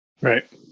Right